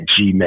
gmail